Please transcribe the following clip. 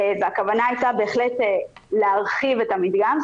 הכוונה הייתה בהחלט להרחיב את המדגם.